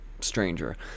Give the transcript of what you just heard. stranger